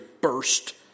burst